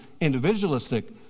individualistic